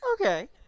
Okay